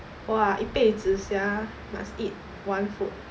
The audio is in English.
!wah! 一辈子 sia must eat one food